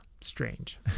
strange